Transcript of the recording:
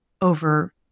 over